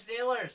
Steelers